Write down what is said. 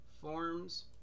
Forms